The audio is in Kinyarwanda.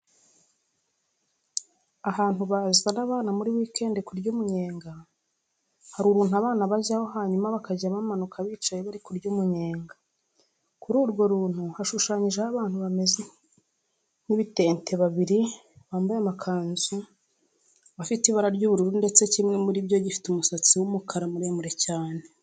Ahantu bazana abana muri weekend kurya umunyenga, hari uruntu abana bajyamo hanyuma bakajya bamanuka bicaye bari kurya umunyega. Kuri urwo runtu hashushanyijeho abantu bameze nk'ibitente babiri bambaye amakanzu afite ibara ry'ubururu ndetse kimwe muri byo gifite umusatsi w'umukara muremure cyane.